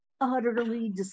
utterly